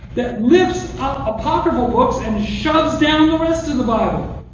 that lifts up apocryphal books and shoves down the rest of the bible,